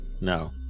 no